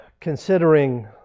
considering